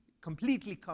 completely